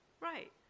Right